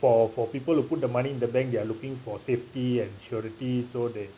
for for people who put the money in the bank they are looking for safety and security so they